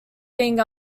being